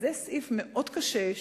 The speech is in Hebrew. וזה סעיף מאוד קשה,